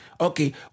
okay